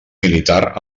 militar